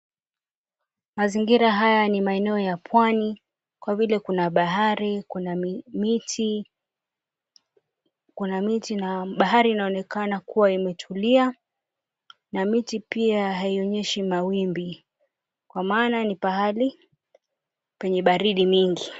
Mazingira haya ni maeneo ya pwani kwa vile kuna bahari, kuna miti na bahari inaonekana kuwa imetulia na miti pia haionyeshi mawimbi kwa maana ni pahali penye baridi mingi.